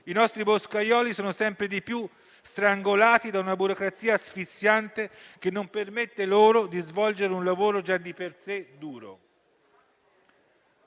I nostri boscaioli sono sempre più strangolati da una burocrazia asfissiante che non permette loro di svolgere un lavoro già di per sé duro.